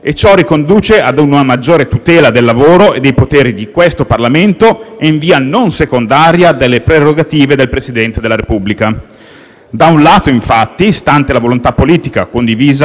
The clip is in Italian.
Da un lato, infatti, stante la volontà politica condivisa da gran parte degli schieramenti di questa Assemblea e già esplicitata con il voto, nel primo passaggio in Aula della legge costituzionale di alcuni giorni fa,